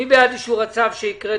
מי בעד אישור הצו השני